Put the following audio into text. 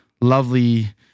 lovely